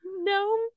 no